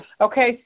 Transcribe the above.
Okay